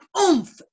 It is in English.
oomph